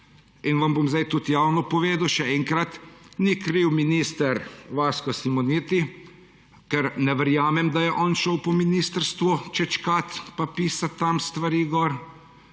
in vam bom zdaj tudi javno povedal, še enkrat. Ni kriv minister Vasko Simoniti, ker ne verjamem, da je on šel po ministrstvu čečkat, pa pisat tam gor